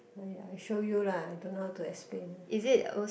oh ya I show you lah I don't know how to explain lah